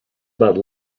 about